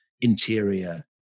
interior